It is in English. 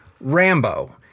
Rambo